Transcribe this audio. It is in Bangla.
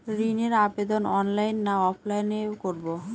ঋণের আবেদন অনলাইন না অফলাইনে করব?